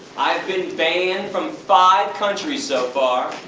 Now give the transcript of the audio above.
i've been banned from five countries so far,